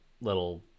little